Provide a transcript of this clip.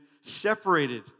separated